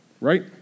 right